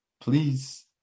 Please